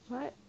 what